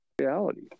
reality